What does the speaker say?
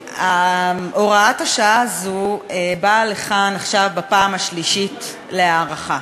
הוראת השעה הזאת באה לכאן עכשיו בפעם השלישית להארכה.